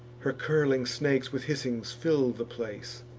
her curling snakes with hissings fill the place,